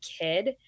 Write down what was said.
kid